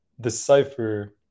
decipher